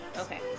Okay